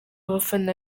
bafana